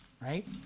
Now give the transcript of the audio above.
right